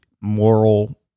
moral